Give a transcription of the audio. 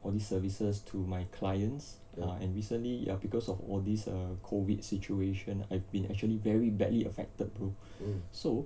all these services to my clients and recently ya because of all these err COVID situation I've been actually very badly affected bro so